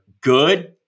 good